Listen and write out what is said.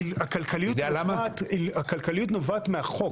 כי הכלכליות נובעת מהחוק.